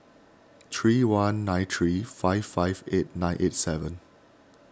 three one nine three five five eight nine eight seven